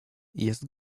jest